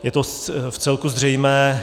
Je to vcelku zřejmé.